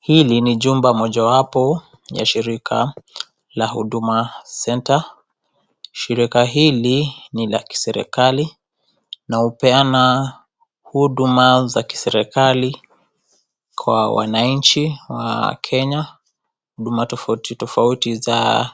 Hili ni jumba mojawapo ya shirika la Huduma Center. Shirika hili ni la kiserikari, na hupeana huduma za serikari kwa wananchi wa Kenya, huduma tofauti tofauti za